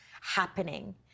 happening